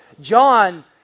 John